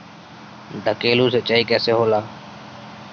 ढकेलु सिंचाई कैसे होला?